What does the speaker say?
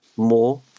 more